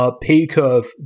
P-curve